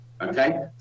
Okay